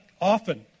often